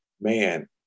man